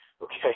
okay